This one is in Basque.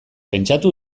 pentsatu